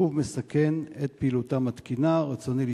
משרד הביטחון חייב,